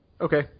okay